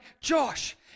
Josh